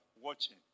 watching